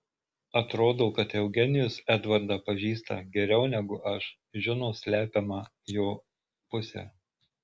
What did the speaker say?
atrodo kad eugenijus edvardą pažįsta geriau negu aš žino slepiamą jo pusę